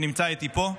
שנמצא איתי פה.